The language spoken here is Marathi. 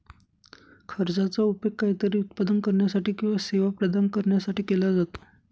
खर्चाचा उपयोग काहीतरी उत्पादन करण्यासाठी किंवा सेवा प्रदान करण्यासाठी केला जातो